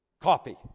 coffee